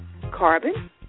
carbon